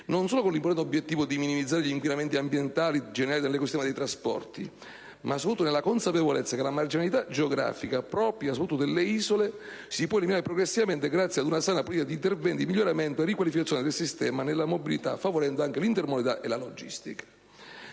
non solo con l'importante obiettivo di minimizzare gli inquinamenti ambientali generati nell'ecosistema dai trasporti, ma soprattutto nella consapevolezza che la marginalità geografica, propria soprattutto delle isole, si può eliminare progressivamente grazie ad una sana politica di interventi di miglioramento e riqualificazione del sistema della mobilità, favorendo anche l'intermodalità e la logistica.